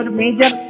major